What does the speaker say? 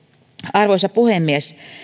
arvoisa puhemies